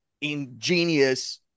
ingenious